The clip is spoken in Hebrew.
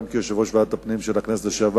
גם כיושב-ראש ועדת הפנים של הכנסת לשעבר.